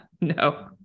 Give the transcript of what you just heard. No